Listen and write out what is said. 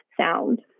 sound